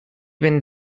been